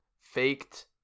faked